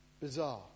bizarre